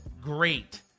great